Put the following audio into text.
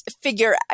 figure